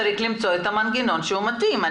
צריך למצוא את המנגנון המתאים.